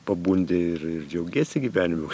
pabundi ir ir džiaugiesi gyvenimu